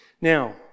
Now